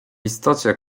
istocie